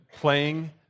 playing